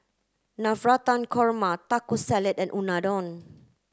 Navratan Korma Taco Salad and Unadon